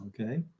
Okay